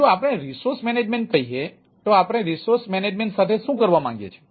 જો આપણે resource management કહીએ તો આપણે રિસોર્સ મેનેજમેન્ટ સાથે શું કરવા માંગીએ છીએ